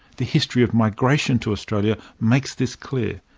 the history of migration to australia makes this clear.